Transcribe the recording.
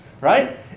right